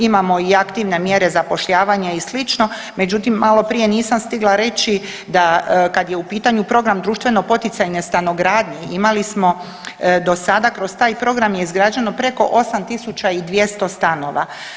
Imamo i aktivne mjere zapošljavanja i slično, međutim, maloprije nisam stigla reći da kad je u pitanju program društveno-poticajne stanogradnje, imali smo do sada kroz taj program je izgrađeno 8200 stanova.